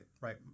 right